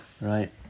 right